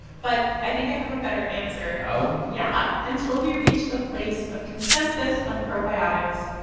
but i think i have a better answer oh yeah. until we reach a place of consensus on probiotics,